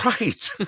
right